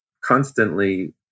constantly